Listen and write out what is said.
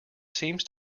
seems